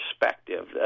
perspective